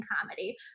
comedy